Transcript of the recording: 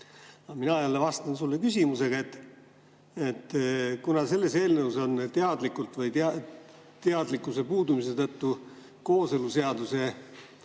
Mina jälle vastan sulle küsimusega. Kuna sellest eelnõust on teadlikult või teadlikkuse puudumise tõttu kooseluseaduse